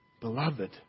Beloved